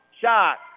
Shot